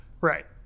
Right